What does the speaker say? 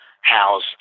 house